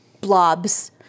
blobs